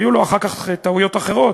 והיו לו אחר כך טעויות אחרות,